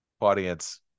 audience